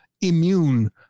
immune